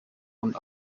und